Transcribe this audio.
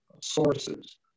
sources